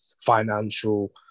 financial